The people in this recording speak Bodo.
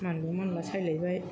मानलु मानला सायलायबाय